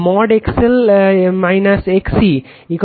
XL XC